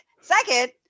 Second